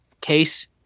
case